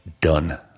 done